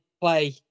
play